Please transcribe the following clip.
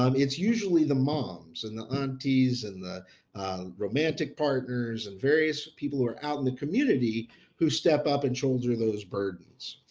um it's usually the moms and the aunties and the romantic partners and various people who are out in the community who step up and shoulder those burdens.